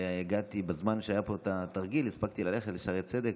בזמן שהיה פה התרגיל הספקתי ללכת לשערי צדק,